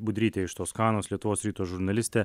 budrytė iš toskanos lietuvos ryto žurnalistė